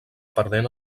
perdent